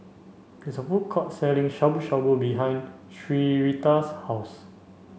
there is a food court selling Shabu Shabu behind Syreeta's house